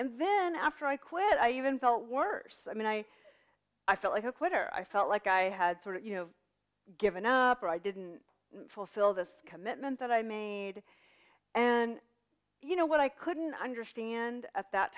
and then after i quit i even felt worse i mean i i felt like a quitter i felt like i had sort of given up or i didn't fulfill the commitment that i made and you know what i couldn't understand at that